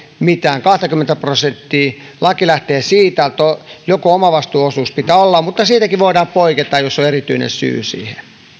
mitään kahtakymmentä prosenttia vaan laki lähtee siitä että joku omavastuuosuus pitää olla mutta siitäkin voidaan poiketa jos on erityinen syy siihen